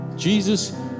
Jesus